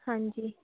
हाँ जी